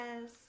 Yes